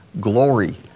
glory